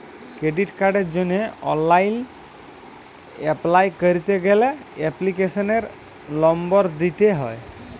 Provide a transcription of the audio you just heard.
credit কার্ডের জন্হে online apply ক্যরতে গ্যালে এপ্লিকেশনের লম্বর দিত্যে হ্যয়